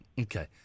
Okay